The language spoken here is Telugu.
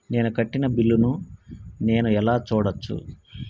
నేను కట్టిన బిల్లు ను నేను ఎలా చూడచ్చు?